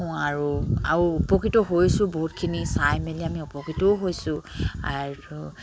আৰু আৰু উপকৃত হৈছোঁ বহুতখিনি চাই মেলি আমি উপকৃতও হৈছোঁ আৰু